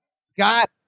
scott